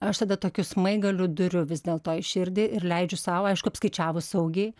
aš tada tokiu smaigaliu duriu vis dėlto į širdį ir leidžiu sau aišku apskaičiavus saugiai